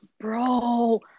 bro